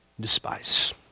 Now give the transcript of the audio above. despise